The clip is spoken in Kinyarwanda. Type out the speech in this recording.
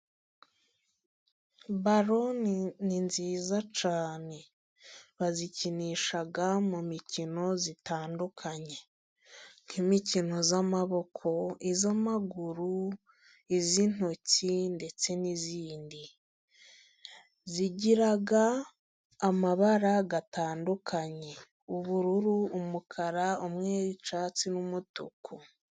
Baro ni nziza cyane, bazikinisha mu mikino itandukanye nk'imikino y'maboko iy'amaguru iy'intoki ndetse n'iyindi. Zigira amabara atandukanye, ubururu, umukara, umwe ni icyatsi n'umutuku